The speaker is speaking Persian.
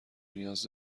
نیاز